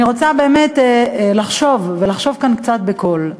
אני רוצה באמת לחשוב, ולחשוב כאן קצת בקול,